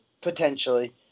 potentially